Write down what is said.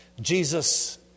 Jesus